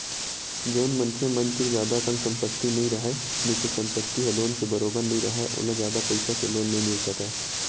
जउन मनखे मन तीर जादा अकन संपत्ति नइ राहय नइते संपत्ति ह लोन के बरोबर नइ राहय ओला जादा पइसा के लोन नइ मिल सकय